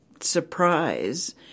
surprise